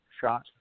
shot